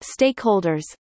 stakeholders